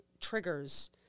triggers